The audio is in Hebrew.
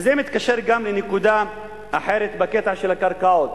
וזה מתקשר גם לנקודה אחרת, בקטע של הקרקעות,